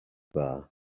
bar